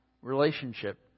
Relationship